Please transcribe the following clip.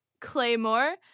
Claymore